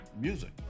music